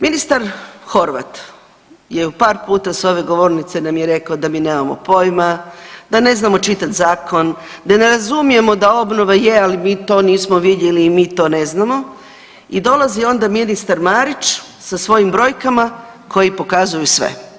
Ministar Horvat je u par puta s ove govornice nam je rekao dami nemamo poima, da ne znamo čitati zakon, da ne razumijemo da obnova je ali mi to nismo vidjeli i mi to ne znamo i dolazi onda ministar Marić sa svojim brojkama koji pokazuju sve.